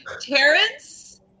Terrence